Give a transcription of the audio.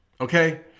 Okay